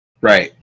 Right